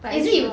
but is 什么